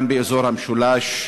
גם באזור המשולש,